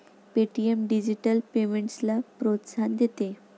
Paytm digital पेमेंट्सला प्रोत्साहन देते